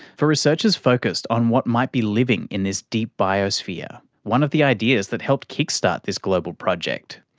for researchers focused on what might be living in this deep biosphere, one of the ideas that helped kickstart this global project,